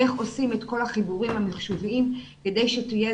איך עושים את כל החיבורים המחשוביים כדי שתהיה